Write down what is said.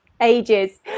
ages